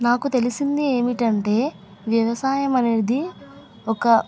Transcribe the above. నాకు తెలిసింది ఏమిటంటే వ్యవసాయం అనేది ఒక